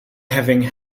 having